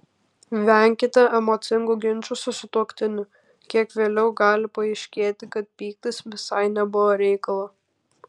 venkite emocingų ginčų su sutuoktiniu kiek vėliau gali paaiškėti kad pyktis visai nebuvo reikalo